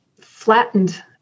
flattened